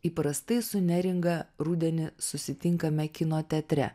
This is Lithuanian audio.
įprastai su neringa rudenį susitinkame kino teatre